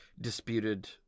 disputed